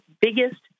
biggest